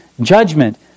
judgment